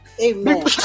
Amen